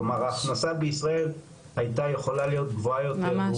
כלומר ההכנסה בישראל הייתה יכולה להיות גבוהה יותר,